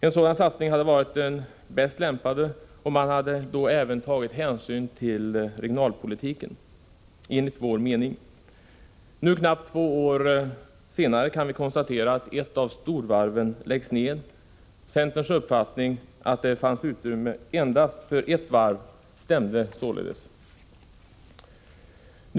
En sådan satsning hade varit den bäst lämpade, och man hade då enligt vår mening även tagit hänsyn till regionalpolitiken. Nu knappt två år senare kan vi konstatera att ett av storvarven läggs ned. Centerns uppfattning att det fanns utrymme endast för ett varv stämde således.